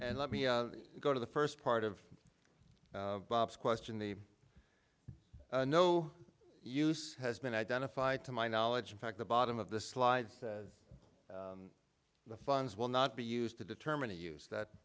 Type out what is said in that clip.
and let me go to the first part of bob's question the no use has been identified to my knowledge in fact the bottom of the slide says the funds will not be used to determine a use that